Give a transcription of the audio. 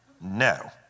No